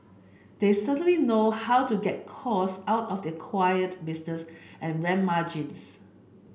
they certainly know how to get costs out of the acquired business and ramp margins